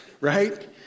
right